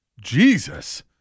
Jesus